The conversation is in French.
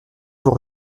vous